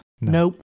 Nope